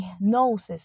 noses